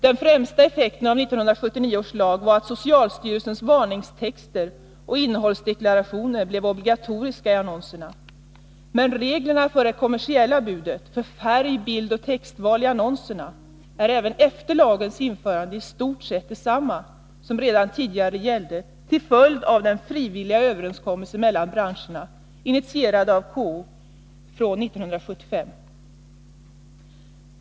Den främsta effekten av 1979 års lag var att socialstyrelsens varningstexter och innehållsdeklarationer blev obligatoriska i annonserna. Men reglerna för det kommersiella budskapet, för färg-, bildoch textval i annonserna etc. är även efter lagens införande i stort sett desamma som redan tidigare gällde till följd av den frivilliga överenskommelsen inom branschen, initierad av KO, från 1975.